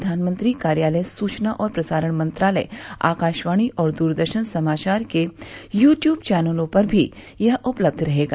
प्रधानमंत्री कार्यालय सूचना और प्रसारण मंत्रालय आकाशवाणी और द्रदर्शन समाचार के यू ट्यूब चैनलों पर भी यह उपलब्ध रहेगा